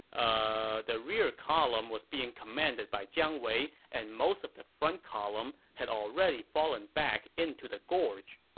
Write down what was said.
ah, the rear column was being commanded by jiang wei, and most of the front column had already fallen back into the gorge.